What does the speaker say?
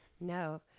No